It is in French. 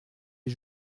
les